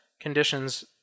conditions